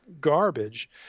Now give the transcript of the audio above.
garbage